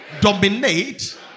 dominate